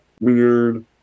weird